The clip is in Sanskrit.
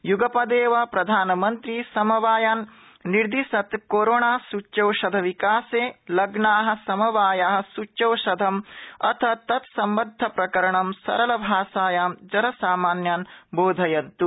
युगपदेव प्रधानमन्त्री समवायान् निरदिशत् कोरोणा सूच्यौषध विकासे लग्ना समवाया सूच्यौषधम् अथ तत्सम्बद्ध प्रकरणं सरल भाषायां जनसामान्यान् बोधयन्त्